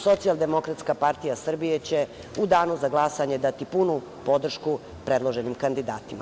Socijaldemokratska partija Srbije će u danu za glasanje dati punu podršku predloženim kandidatima.